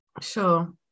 Sure